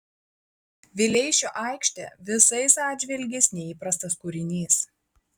vileišio aikštė visais atžvilgiais neįprastas kūrinys